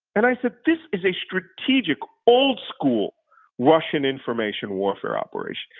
and i said, this is a strategic, old-school russian information warfare operation.